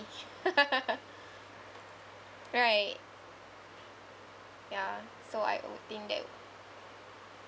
right ya so I don't think that would